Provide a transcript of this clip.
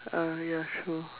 uh ya true